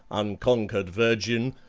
unconquered virgin,